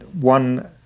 One